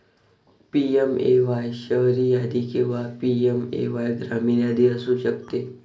PMAY शहरी यादी किंवा पी.एम.ए.वाय ग्रामीण यादी असू शकते